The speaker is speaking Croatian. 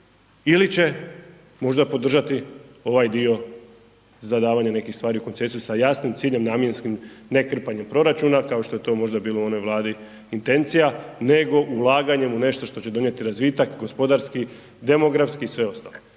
ili će možda podržati ovaj dio za davanje nekih stvari u koncesiju sa jasnim ciljem namjenskim, ne krpanjem proračuna kao što je to možda bilo u onoj vladi intencija, nego ulaganjem u nešto što će donijeti razvitak gospodarski, demografski i sve ostalo.